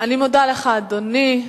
אני מודה לך, אדוני.